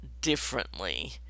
differently